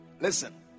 Listen